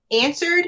answered